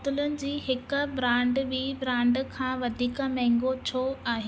बोतलुनि जी हिकु ब्रांड ॿी ब्रांड खां वधीक महांगी छो आहे